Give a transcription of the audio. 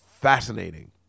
fascinating